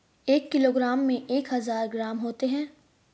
एक किलोग्राम में एक हजार ग्राम होते हैं